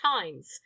times